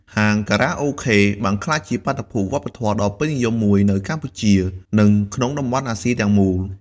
ហាងខារ៉ាអូខេ បានក្លាយជាបាតុភូតវប្បធម៌ដ៏ពេញនិយមមួយនៅកម្ពុជា និងក្នុងតំបន់អាស៊ីទាំងមូល។